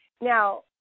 Now